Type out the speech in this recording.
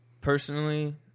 personally